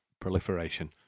proliferation